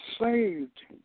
saved